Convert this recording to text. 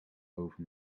over